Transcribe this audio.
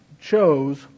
chose